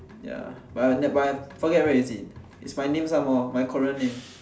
ya but I forget where is it it's my name some more my Korea name